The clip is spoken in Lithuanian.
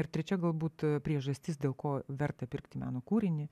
ir trečia galbūt priežastis dėl ko verta pirkti meno kūrinį